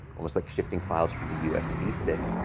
almost like shifting files from the usb stick,